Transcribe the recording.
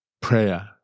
Prayer